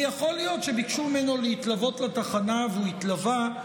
ויכול להיות שביקשו ממנו להתלוות אליהם לתחנה והוא התלווה.